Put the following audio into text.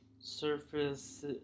surface